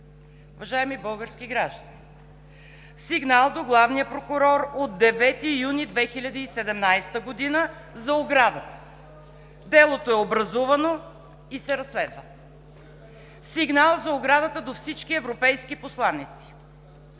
Уважаеми български граждани, сигнал до главния прокурор от 9 юни 2017 г. за оградата – делото е образувано и се разследва, сигнал за оградата до всички европейски посланици.